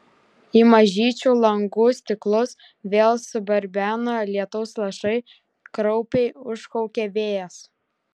į mažyčių langų stiklus vėl subarbeno lietaus lašai kraupiai užkaukė vėjas